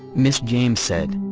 ms. james said.